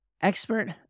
expert